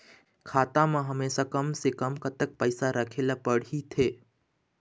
खाता मा हमेशा कम से कम कतक पैसा राखेला पड़ही थे?